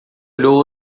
olhou